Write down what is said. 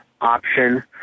option